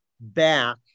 back